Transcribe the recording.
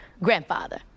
Grandfather